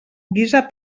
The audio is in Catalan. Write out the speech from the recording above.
guisa